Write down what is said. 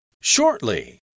Shortly